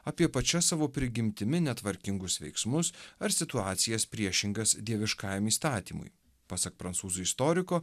apie pačias savo prigimtimi netvarkingus veiksmus ar situacijas priešingas dieviškajam įstatymui pasak prancūzų istoriko